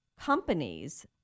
companies